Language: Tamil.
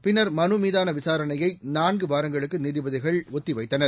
பின்னர் மனுமீதான விசாரணையை நான்கு வாரங்களுக்கு நீதிபதிகள் ஒத்தி வைத்தனர்